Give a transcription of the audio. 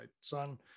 son